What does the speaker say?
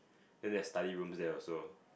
then there's study rooms there also